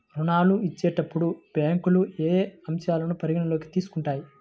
ఋణాలు ఇచ్చేటప్పుడు బ్యాంకులు ఏ అంశాలను పరిగణలోకి తీసుకుంటాయి?